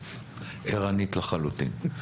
ערנית לחלוטין.